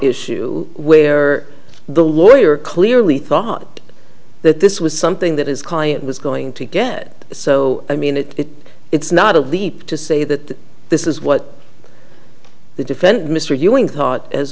issue where the lawyer clearly thought that this was something that is client was going to get so i mean it it's not a leap to say that this is what the defend mr ewing thought as